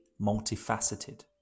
Multifaceted